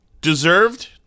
deserved